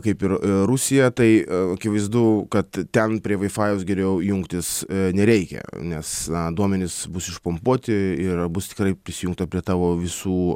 kaip ir rusija tai akivaizdu kad ten prie vaifajaus geriau jungtis nereikia nes duomenys bus išpumpuoti ir bus tikrai prisijungta prie tavo visų